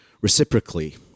reciprocally